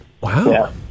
wow